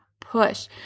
push